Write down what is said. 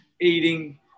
eating